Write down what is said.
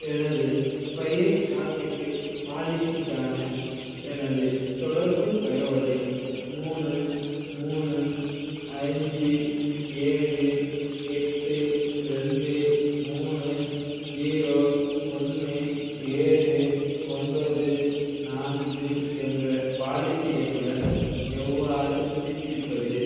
எனது பயிர் காப்பீட்டு பாலிசிக்கான எனது தொடர்புத் தகவலை மூணு மூணு அஞ்சு ஏழு எட்டு ரெண்டு மூணு ஜீரோ ஒன்று ஏழு ஒன்பது நான்கு என்ற பாலிசி எண்ணுடன் எவ்வாறு புதுப்பிப்பது